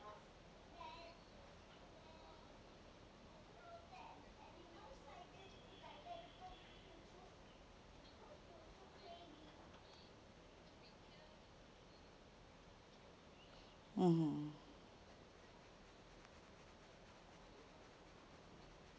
mmhmm